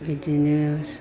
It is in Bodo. बिदिनो